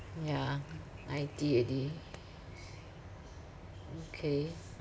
yeah ninety already okay